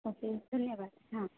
okay धन्यवाद हां